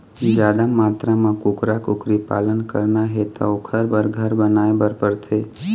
जादा मातरा म कुकरा, कुकरी पालन करना हे त ओखर बर घर बनाए बर परथे